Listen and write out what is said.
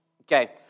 Okay